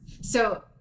So-